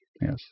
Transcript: Yes